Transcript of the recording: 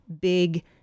Big